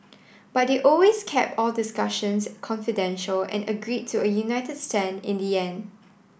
but they always kept all discussions confidential and agreed to a united stand in the end